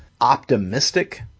optimistic